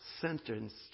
sentenced